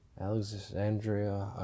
Alexandria